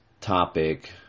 topic